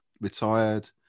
retired